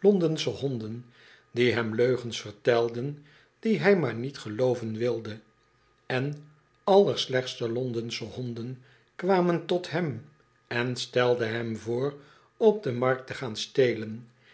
londensche honden die hem leugens vertelden die hij maar niet gelooven wilde en allerslechtste londensche honden kwamen tot hem en stelde hem voor op de markt te gaan stelen